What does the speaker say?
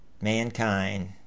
mankind